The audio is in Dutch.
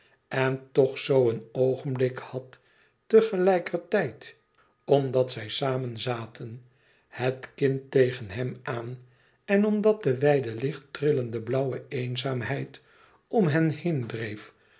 en toch zoo een oogenblik had tegelijkertijd iets inuig liefs omdat zij samen zaten het kind tegen hem aan en omdat de wijde lichttrillende blauwe eenzaamheid om hen heen dreef